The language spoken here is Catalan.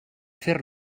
fer